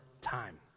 time